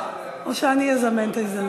או שאני אזמן את ההזדמנות.